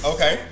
Okay